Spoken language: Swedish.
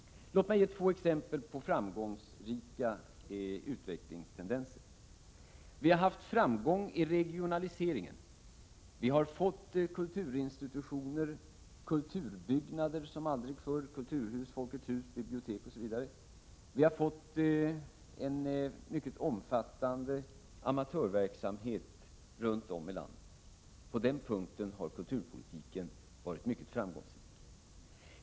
Låt mig ge två exempel på framgångsrika områden. Vi har haft framgångar i fråga om regionaliseringen. Vi har fått kulturinstitutioner, kulturbyggnader som aldrig förr, och vi har fått kulturhus, Folkets hus, bibliotek osv. Vi har fått en mycket omfattande amatörverksamhet runt om i landet. På den punkten har kulturpolitiken varit mycket framgångsrik.